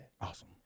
Awesome